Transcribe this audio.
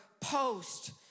post